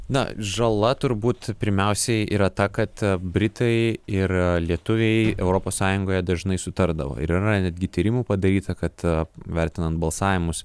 na žala turbūt pirmiausiai yra ta kad britai ir lietuviai europos sąjungoje dažnai sutardavo ir yra netgi tyrimų padaryta kad vertinant balsavimus